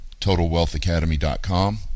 totalwealthacademy.com